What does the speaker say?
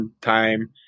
time